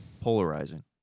polarizing